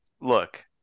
look